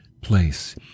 place